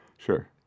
Sure